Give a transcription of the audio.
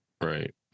Right